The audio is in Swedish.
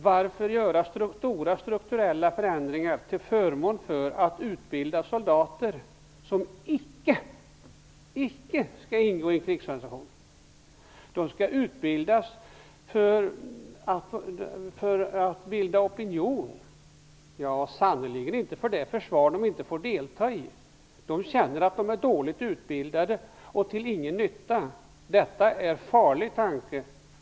Varför skall man göra så stora strukturella förändringar till förmån för att utbilda soldater som icke skall ingå i krigsorganisation? De skall utbildas för att bilda opinion och sannerligen inte för det försvar de inte får delta i. De känner att de är dåligt utbildade och till ingen nytta. Detta är en farlig tanke.